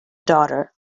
daughter